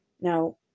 Now